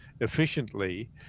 efficiently